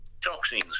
toxins